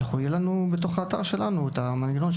יהיה לנו, בתוך האתר שלנו, את המנגנון.